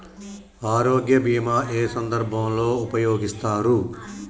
ఆరోగ్య బీమా ఏ ఏ సందర్భంలో ఉపయోగిస్తారు?